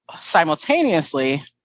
Simultaneously